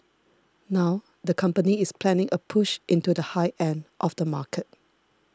now the company is planning a push into the high end of the market